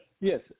Yes